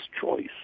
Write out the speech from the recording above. choice